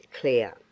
clear